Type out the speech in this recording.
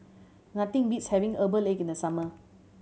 nothing beats having herbal egg in the summer